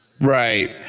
right